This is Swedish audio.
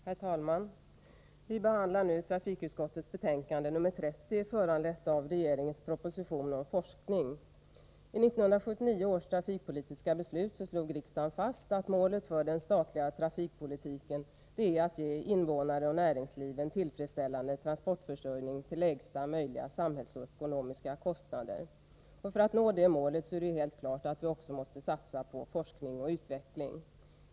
Herr talman! Vi behandlar nu trafikutskottets betänkande nr 30, som föranletts av propositionen om forskning. 11979 års trafikpolitiska beslut slog riksdagen fast att målet för den statliga trafikpolitiken är att ge medborgare och näringsliv en tillfredsställande transportförsörjning till lägsta möjliga samhällsekonomiska kostnader. För att nå det målet är det också helt klart att vi måste satsa på forskning och utveckling.